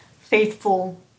faithful